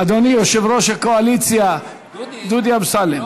אדוני יושב-ראש הקואליציה דודי אמסלם,